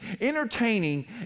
Entertaining